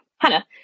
Hannah